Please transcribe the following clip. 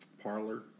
Parlor